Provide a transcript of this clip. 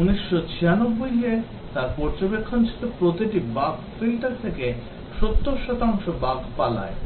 1996 এ তার পর্যবেক্ষণ ছিল প্রতিটি বাগ ফিল্টার থেকে 70 শতাংশ বাগ পালায়